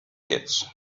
kids